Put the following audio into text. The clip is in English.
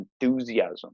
enthusiasm